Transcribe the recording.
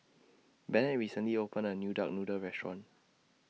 Bennett recently opened A New Duck Noodle Restaurant